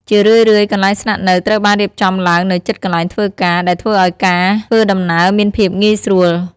ជារឿយៗ កន្លែងស្នាក់នៅត្រូវបានរៀបចំឡើងនៅជិតកន្លែងធ្វើការ ដែលធ្វើឱ្យការធ្វើដំណើរមានភាពងាយស្រួល ។